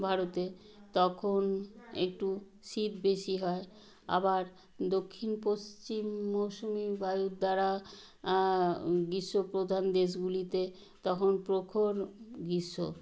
ভারতে তখন একটু শীত বেশি হয় আবার দক্ষিণ পশ্চিম মৌসুমি বায়ুর দ্বারা গ্রীষ্মপ্রধান দেশগুলিতে তখন প্রখর গ্রীষ্ম